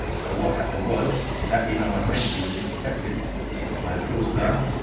so what happened was, that email i sent to you was intercepted by a fraudster,